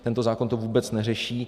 Tento zákon to vůbec neřeší.